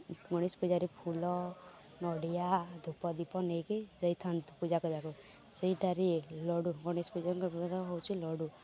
ଗଣେଶ ପୂଜାରେ ଫୁଲ ନଡ଼ିଆ ଧୂପ ଦୀପ ନେଇକି ଯାଇଥାନ୍ତି ପୂଜା କରିବାକୁ ସେଇଟାରେ ଲଡ଼ୁ ଗଣେଶ ପୂଜାରେ ପ୍ରିୟ ହେଉଛି ଲଡ଼ୁ